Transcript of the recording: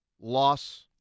loss